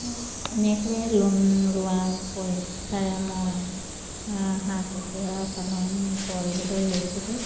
এনেকৈয়ে লোন লোৱা পইচাৰে মই হা হাঁহ কুকুৰা পালন কৰিবলৈ লৈছিলোঁ